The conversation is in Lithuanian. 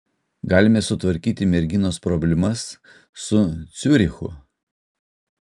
galime sutvarkyti merginos problemas su ciurichu